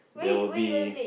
there will be